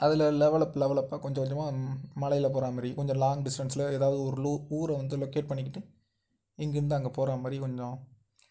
அதில் level up லெவலப்பா கொஞ்சம் கொஞ்சமாக மலையில் போகிற மாதிரி கொஞ்சம் லாங்க் டிஸ்டன்ஸில் ஏதாவது ஒரு லு ஊரை வந்து லொக்கேட் பண்ணிக்கிட்டு இங்கேருந்து அங்கே போகிற மாதிரி கொஞ்சம்